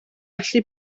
allu